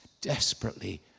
desperately